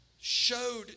showed